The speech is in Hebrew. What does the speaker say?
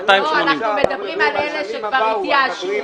280. לא, אנחנו מדברים על אלה שכבר התייאשו.